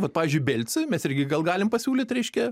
vat pavyzdžiui belci mes irgi gal galim pasiūlyt reiškia